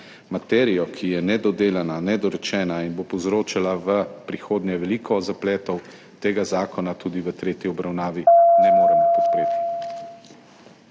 materijo, ki je nedodelana, nedorečena in bo povzročala v prihodnje veliko zapletov, tega zakona tudi v tretji obravnavi ne moremo podpreti.